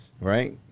Right